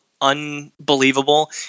unbelievable